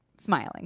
smiling